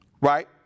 right